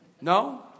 No